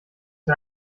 wir